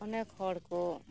ᱚᱱᱮᱠ ᱦᱚᱲ ᱠᱚ